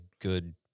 good